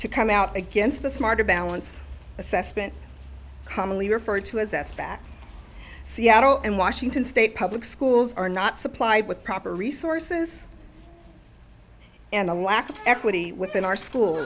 to come out against the smarter balance assessment commonly referred to as s back seattle and washington state public schools are not supplied with proper resources and a lack of equity within our school